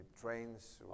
trains